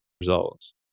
results